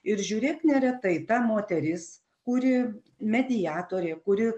ir žiūrėk neretai ta moteris kuri mediatorė kuri